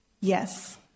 Yes